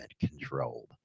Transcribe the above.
controlled